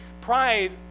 pride